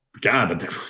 god